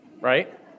right